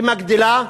היא מגדילה,